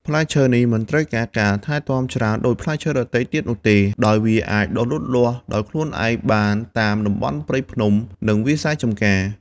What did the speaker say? ផ្លែឈើនេះមិនត្រូវការការថែទាំច្រើនដូចផ្លែឈើដទៃទៀតនោះទេ ដោយវាអាចដុះលូតលាស់ដោយខ្លួនឯងបានតាមតំបន់ព្រៃភ្នំ និងវាលស្រែចម្ការ។